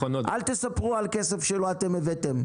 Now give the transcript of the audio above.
אל תספרו על כסף שלא אתם הבאתם.